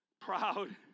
proud